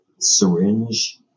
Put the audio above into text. syringe